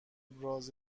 ابراز